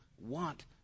want